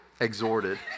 exhorted